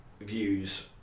views